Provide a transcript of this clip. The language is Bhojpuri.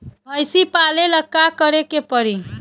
भइसी पालेला का करे के पारी?